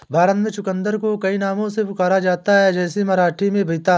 भारत में चुकंदर को कई नामों से पुकारा जाता है जैसे मराठी में बीता